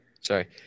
Sorry